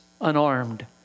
unarmed